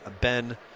Ben